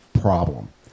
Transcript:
problem